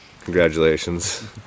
Congratulations